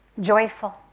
joyful